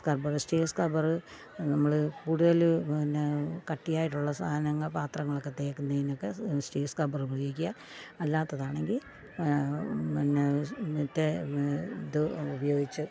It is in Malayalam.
സ്ക്രബർ സ്റ്റീൽ സ്ക്രബർ നമ്മൾ കൂടുതൽ പിന്നെ കട്ടിയായിട്ടുള്ള സാധനങ്ങൾ പാത്രങ്ങളൊക്കെ തേക്കുന്നതിനൊക്കെ സ്റ്റീൽ സ്ക്രബർ ഉപയോഗിക്കുക അല്ലാത്തതാണെങ്കിൽ പിന്നെ ഇത് ഉപയോഗിച്ച്